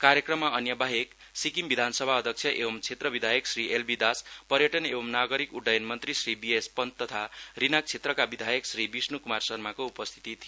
कार्यक्रममा अन्य बाहेक सिक्किम विधानसभा अध्यक्ष एंव क्षेत्र विधायक श्री एल बि दास पयर्टन एंव नागरिक उड्डयन मन्त्री श्री बि एस पन्त तथा रिनाक क्षेत्रका विध्याक श्री विष्ण् क्मार शर्माको उपस्थिति थियो